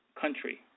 country